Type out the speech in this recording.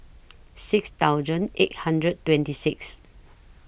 six thousand eight hundred twenty six